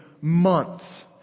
months